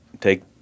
take